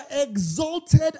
exalted